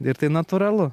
ir tai natūralu